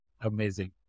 Amazing